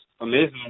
Amazing